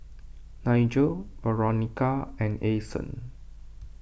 Nigel Veronica and Ason